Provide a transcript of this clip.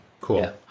Cool